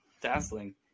Dazzling